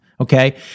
Okay